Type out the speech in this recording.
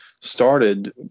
started